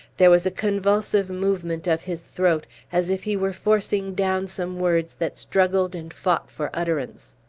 there was a convulsive movement of his throat, as if he were forcing down some words that struggled and fought for utterance.